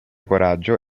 coraggio